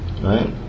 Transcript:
Right